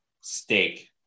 steak